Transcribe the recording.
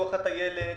לפיתוח הטיילת.